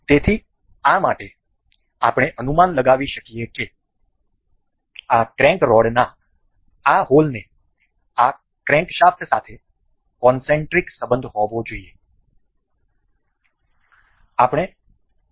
તેથી આ માટે આપણે અનુમાન લગાવી શકીએ કે આ ક્રેંક રોડના આ હોલને આ ક્રેન્કશાફ્ટ સાથે કોનસેન્ટ્રિક સંબંધ હોવો જોઈએ